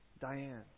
Diane